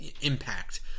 impact